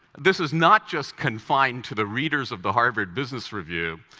this is not just confined to the readers of the harvard business review.